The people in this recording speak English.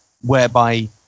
whereby